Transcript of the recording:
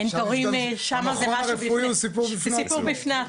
אין תורים, זה סיפור בפני עצמו.